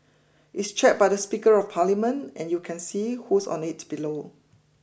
it's chaired by the Speaker of Parliament and you can see who's on it below